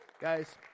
guys